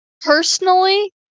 Personally